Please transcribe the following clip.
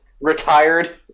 retired